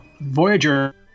Voyager